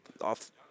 off